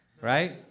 right